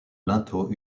linteau